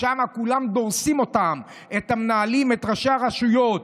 שם כולם דורסים את המנהלים, את ראשי הרשויות.